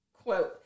Quote